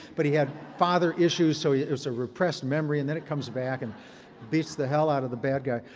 but he had father issues, so it it was a repressed memory. and then it comes back and beats the hell out of the bad guy.